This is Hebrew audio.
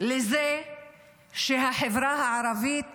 לזה שהחברה הערבית